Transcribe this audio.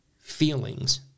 feelings